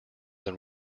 than